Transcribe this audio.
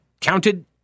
counted